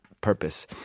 purpose